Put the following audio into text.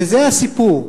וזה הסיפור?